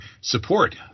support